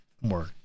more